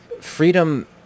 freedom